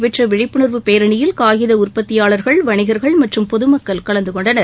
சேலத்தில் நடைபெற்ற விழிப்புணா்வு பேரணியில் காகித உற்பத்தியாளா்கள் வணிகா்கள் மற்றும் பொதும்க்கள் கலந்து கொண்டனர்